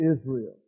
Israel